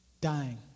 dying